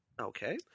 Okay